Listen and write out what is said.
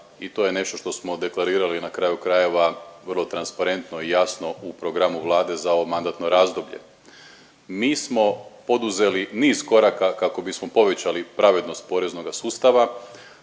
i to je nešto što smo deklarirali na kraju krajeva vrlo transparentno i jasno u programu Vlade za ovo mandatno razdoblje. Mi smo poduzeli niz koraka kako bismo povećali pravednost poreznoga sustav,